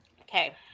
Okay